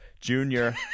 Junior